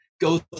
go